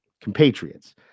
compatriots